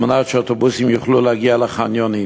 כדי שאוטובוסים יוכלו להגיע לחניונים.